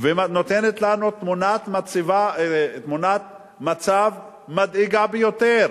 ונותנת לנו תמונת מצב מדאיגה ביותר,